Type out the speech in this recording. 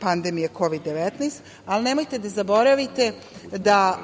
pandemije Kovid 19.Nemojte da zaboravite da